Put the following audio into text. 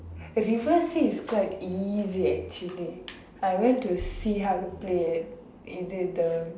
reverse is quite easy actually I went to see how to play at இது:ithu the